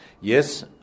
yes